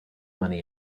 money